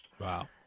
Wow